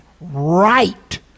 right